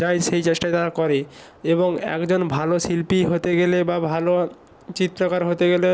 যায় সেই চেষ্টাই তারা করে এবং একজন ভালো শিল্পী হতে গেলে বা ভালো চিত্রকার হতে গেলে